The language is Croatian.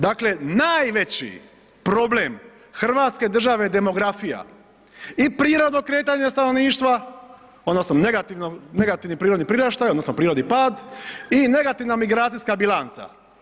Dakle, najveći problem Hrvatske države je demografija i prirodno kretanje stanovništva odnosno negativni prirodni priraštaj odnosno prirodni pad i negativna migracijska bilanca.